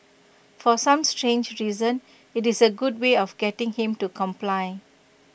for some strange reason IT is A good way of getting him to comply